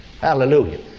Hallelujah